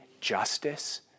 justice